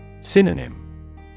Synonym